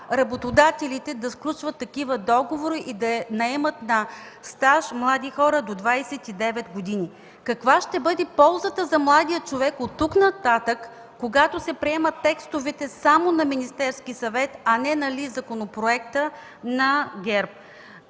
работодателите да сключват такива договори и да наемат на стаж млади хора до 29 години. Каква ще бъде ползата за младия човек оттук нататък, когато се приемат текстовете само на Министерския съвет, а не и законопроекта на ГЕРБ?